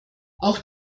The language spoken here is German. auch